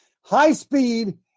high-speed